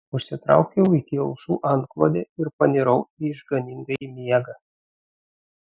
užsitraukiau iki ausų antklodę ir panirau į išganingąjį miegą